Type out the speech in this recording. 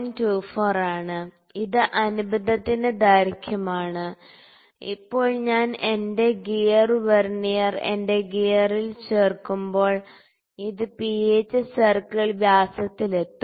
24 ആണ് ഇത് അനുബന്ധത്തിന്റെ ദൈർഘ്യമാണ് ഇപ്പോൾ ഞാൻ എന്റെ ഗിയർ വെർനിയർ എന്റെ ഗിയറിൽ ചേർക്കുമ്പോൾ അത് പിച്ച് സർക്കിൾ വ്യാസത്തിൽ എത്തും